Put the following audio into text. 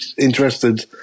interested